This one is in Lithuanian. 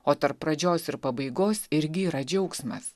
o tarp pradžios ir pabaigos irgi yra džiaugsmas